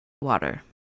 water